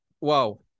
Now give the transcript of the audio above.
Wow